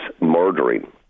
murdering